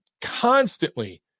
constantly